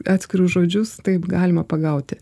atskirus žodžius taip galima pagauti